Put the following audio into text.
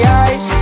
eyes